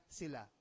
sila